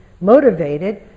motivated